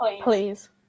Please